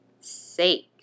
sake